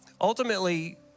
Ultimately